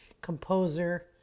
composer